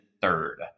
third